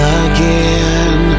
again